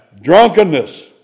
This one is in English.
Drunkenness